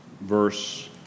Verse